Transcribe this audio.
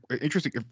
interesting